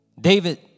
David